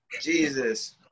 Jesus